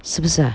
是不是 ah